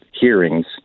hearings